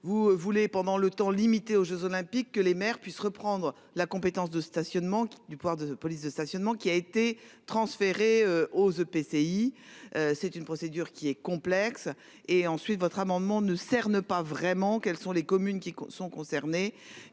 vous voulez pendant le temps limité aux Jeux olympiques, que les maires puissent reprendre la compétence de stationnement du pouvoir de police de stationnement qui a été transférée aux EPCI. C'est une procédure qui est complexe, et ensuite votre amendement ne cerne pas vraiment quelles sont les communes qui sont concernées.